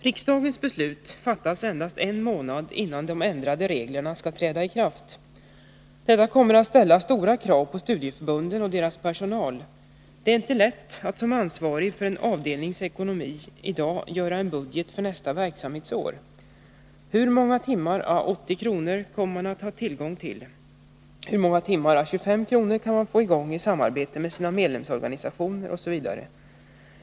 Riksdagens beslut fattas endast en månad innan de ändrade reglerna skall träda i kraft. Detta kommer att ställa stora krav på studieförbunden och deras personal. Det är inte lätt att som ansvarig för en avdelnings ekonomi i dag göra en budget för nästa verksamhetsår. Hur många timmar å 80 kr. kommer man att ha tillgång till? Hur många timmar å 25 kr. kan man få i gång i samarbete med sina medlemsorganisationer?